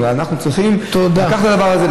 אנחנו צריכים לקחת את הדבר הזה,